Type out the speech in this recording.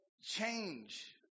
change